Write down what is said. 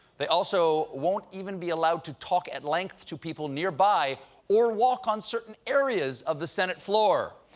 they also won't even be allowed to talk at length to people nearby or walk on certain areas of the senate floor.